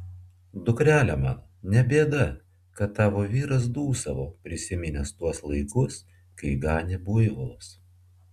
dukrele mano ne bėda kad tavo vyras dūsavo prisiminęs tuos laikus kai ganė buivolus